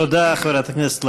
תודה, חברת הכנסת לביא.